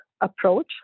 approach